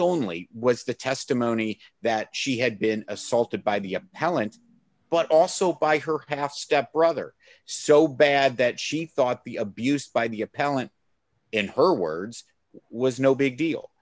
only was the testimony that she had been assaulted by the halland but also by her half step brother so bad that she thought the abuse by the appellant in her words was no big deal